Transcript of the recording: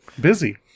busy